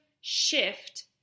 shift